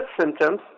symptoms